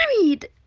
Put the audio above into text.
married